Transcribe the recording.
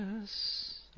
yes